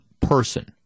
person